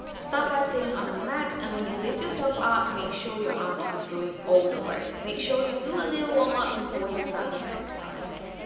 start by sitting on a mat and when you lift yourself up make sure your arms are doing all the work. make sure you do a little warm-up before you start this exercise